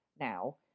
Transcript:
now